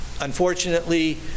Unfortunately